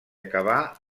acabà